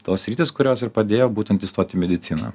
tos sritys kurios ir padėjo būtent įstoti į mediciną